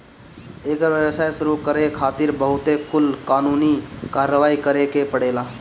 एकर व्यवसाय शुरू करे खातिर बहुत कुल कानूनी कारवाही करे के पड़ेला